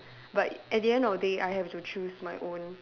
but at the end of the day I have to choose my own